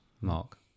Mark